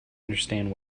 understand